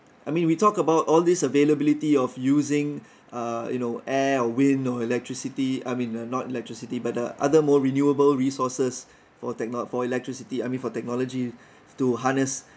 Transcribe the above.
I mean we talk about all these availability of using uh you know air or wind or electricity I mean not electricity but uh other more renewable resources for techno~ for electricity I mean for technology to harness